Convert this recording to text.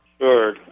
Sure